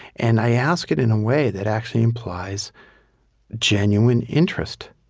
and i ask it in a way that actually implies genuine interest.